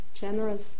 generous